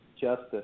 Justice